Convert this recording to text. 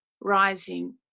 rising